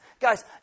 Guys